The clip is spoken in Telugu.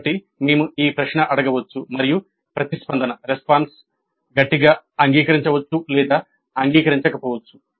కాబట్టి మేము ఈ ప్రశ్న అడగవచ్చు మరియు ప్రతిస్పందన గట్టిగా అంగీకరించవచ్చు లేదా అంగీకరించకపోవచ్చు